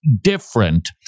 different